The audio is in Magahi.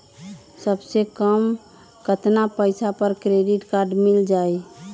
सबसे कम कतना पैसा पर क्रेडिट काड मिल जाई?